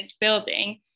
building